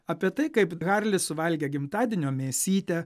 apie tai kaip harlis suvalgė gimtadienio mėsytę